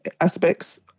aspects